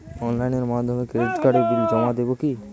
অনলাইনের মাধ্যমে ক্রেডিট কার্ডের বিল জমা দেবো কি?